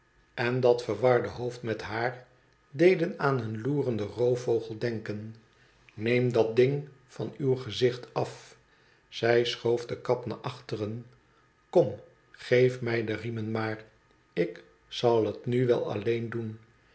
en dat verwarde hoofd met haar deden aan een loerenden roofvogel denken neem dat ding van uw gezicht af zij schoofde kap naar achteren ikom geef mij de riemen maar ik zal het nu wel alleen doen